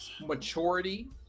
maturity